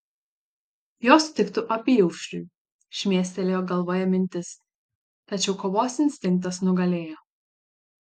jos tiktų apyaušriui šmėstelėjo galvoje mintis tačiau kovos instinktas nugalėjo